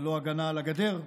ללא הגנה על הגדר.